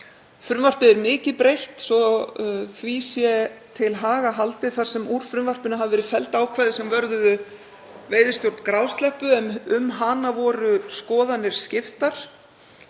Frumvarpið er mikið breytt, svo að því sé til haga haldið, þar sem úr frumvarpinu hafa verið felld ákvæði sem vörðuðu veiðistjórn grásleppu en um hana voru skoðanir skiptar